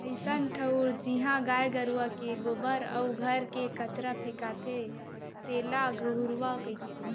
अइसन ठउर जिहॉं गाय गरूवा के गोबर अउ घर के कचरा फेंकाथे तेला घुरूवा कथें